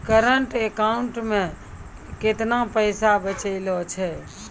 Current account मे केतना पैसा बचलो छै?